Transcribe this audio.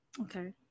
okay